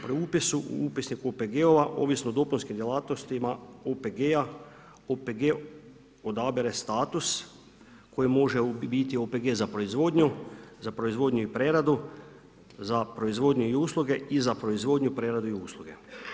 Pri upisu u upisnik OPG-a ovisno o dopunskim djelatnostima OPG-a, OPG odabire status koji može biti OPG za proizvodnju, za proizvodnju i preradu, za proizvodnju i usluge i za proizvodnju, preradu i usluge.